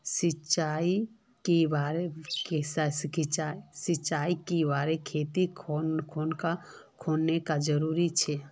सिंचाई कै बार खेत खानोक जरुरी छै?